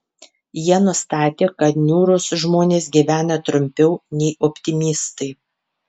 jie nustatė kad niūrūs žmonės gyvena trumpiau nei optimistai